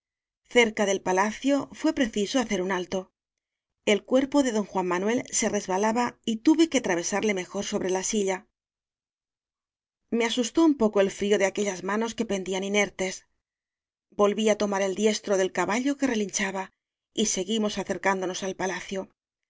cerca del palacio fué preciso hacer un alto el cuerpo de don juan manuel se resbalaba y tuve que atravesarle mejor sobre la silla me asustó el frío de aquellas manos que pendían inertes volví á tomar el diestro del caba llo que relinchaba y seguimos acercándo nos al palacio